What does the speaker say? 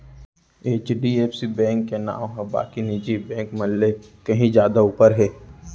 HDFC bank के नांव ह बाकी निजी बेंक मन ले कहीं जादा ऊपर हे